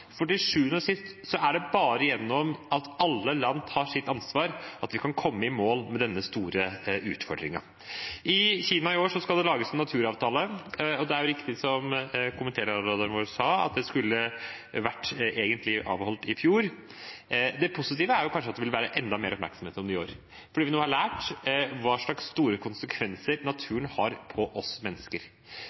for til sjuende og sist er det bare gjennom at alle land tar sitt ansvar at vi kan komme i mål med denne store utfordringen. I Kina i år skal det lages en naturavtale. Det er riktig som komitélederen vår sa, at det egentlig skulle vært avholdt i fjor. Det positive er kanskje at det vil være enda mer oppmerksomhet om det i år, fordi vi nå har lært hvor store konsekvenser naturen har for oss mennesker.